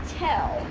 tell